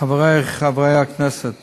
שחברי הכנסת